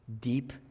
deep